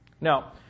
Now